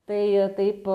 tai taip